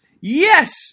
yes